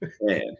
Man